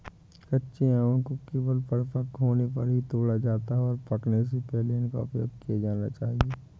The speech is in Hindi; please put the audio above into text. कच्चे आमों को केवल परिपक्व होने पर ही तोड़ा जाता है, और पकने से पहले उनका उपयोग किया जाना चाहिए